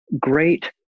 great